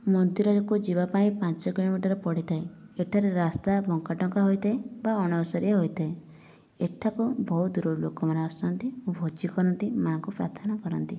ମନ୍ଦିରକୁ ଯିବାପାଇଁ ପାଞ୍ଚ କିଲୋମିଟର ପଡ଼ିଥାଏ ଏଠାରେ ରାସ୍ତା ବଙ୍କା ଟଙ୍କା ହୋଇଥାଏ ବା ଅଣଓଷାରିଆ ହୋଇଥାଏ ଏଠାକୁ ବହୁତ ଦୂରରୁ ଲୋକମାନେ ଆସନ୍ତି ଭୋଜି କରନ୍ତି ମା'କୁ ପ୍ରାର୍ଥନା କରନ୍ତି